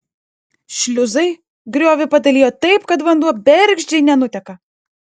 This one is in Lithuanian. šliuzai griovį padalija taip kad vanduo bergždžiai nenuteka